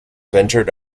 ventured